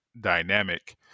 dynamic